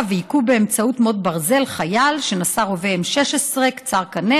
והיכו באמצעות מוט ברזל חייל שנשא רובה M16 קצר קנה.